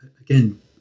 again